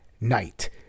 night